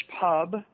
pub